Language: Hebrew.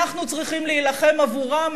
אנחנו צריכים להילחם עבורם,